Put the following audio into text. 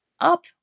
up